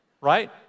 right